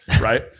right